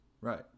Right